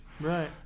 Right